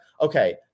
okay